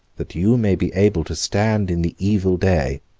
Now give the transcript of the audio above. that you may be able to stand in the evil day.